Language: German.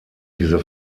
diese